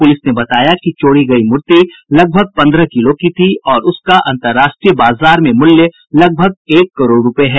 police ने बताया कि चोरी गयी मूर्ति लगभग पन्द्रह किलो की थी और उसका अंतर्राष्ट्रीय बाजार में मूल्य लगभग एक करोड़ रुपये है